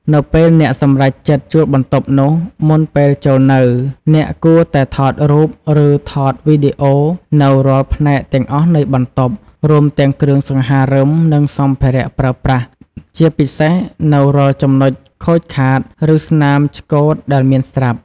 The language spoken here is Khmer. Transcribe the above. នៅពេលអ្នកសម្រេចចិត្តជួលបន្ទប់នោះ មុនពេលចូលនៅ អ្នកគួរតែថតរូប ឬថតវីដេអូនូវរាល់ផ្នែកទាំងអស់នៃបន្ទប់ រួមទាំងគ្រឿងសង្ហារឹម និងសម្ភារៈប្រើប្រាស់ ជាពិសេសនូវរាល់ចំណុចខូចខាត ឬស្នាមឆ្កូតដែលមានស្រាប់។